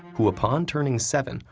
who upon turning seven,